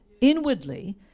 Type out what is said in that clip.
inwardly